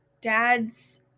dad's